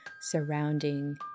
surrounding